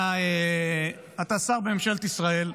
אתה שר בממשלת ישראל,